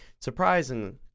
Surprising